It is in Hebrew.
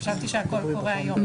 חשבתי שהכול קורה היום.